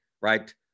right